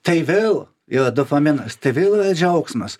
tai vėl yra dopaminas tai vėl yra džiaugsmas